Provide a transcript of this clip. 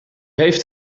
heeft